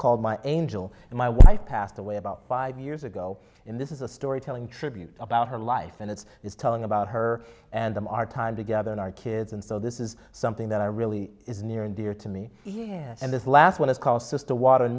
called my angel and my wife passed away about five years ago in this is a storytelling tribute about her life and it's it's telling about her and them our time together and our kids and so this is something that i really is near and dear to me and this last one is called sister water and